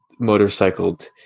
motorcycled